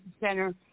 center